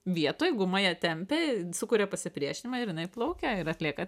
vietoj guma ją tempia sukuria pasipriešinimą ir jinai plaukia ir atlieka